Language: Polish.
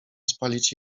spalić